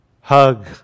hug